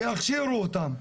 שיכשירו אותם.